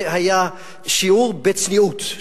זה היה שיעור בצניעות,